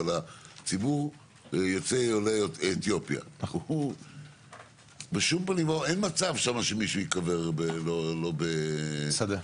אבל ציבור עולי אתיופיה אין מצב שם שמישהו ייקבר לא בשדה.